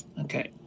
Okay